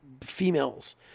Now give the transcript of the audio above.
females